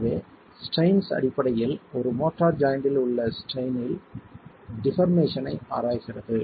எனவே ஸ்ட்ரைன்ஸ் அடிப்படையில் ஒரு மோர்ட்டார் ஜாய்ண்ட்டில் உள்ள ஸ்ட்ரைன்ஸ்ன் டிபர்மேஷன் ஐ ஆராய்கிறது